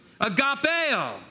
Agapeo